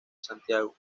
santiago